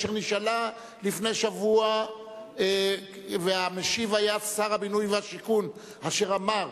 אשר נשאלה לפני שבוע והמשיב היה שר הבינוי והשיכון אשר אמר: